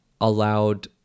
allowed